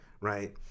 Right